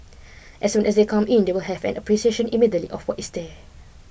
as soon as they come in they will have an appreciation immediately of what is there